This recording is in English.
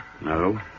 No